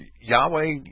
Yahweh